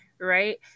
right